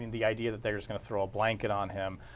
the idea that they are going to throw a blanket on him,